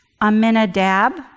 Aminadab